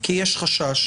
כי יש חשש.